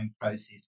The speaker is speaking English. process